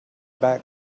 back